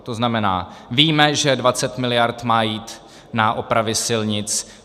To znamená, víme, že 20 miliard má jít na opravy silnic.